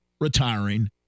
retiring